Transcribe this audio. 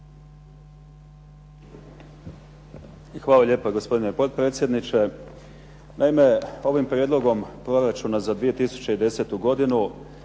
Hvala lijepo gospodine potpredsjedniče. Naime, ovim prijedlogom proračuna za 2010. godinu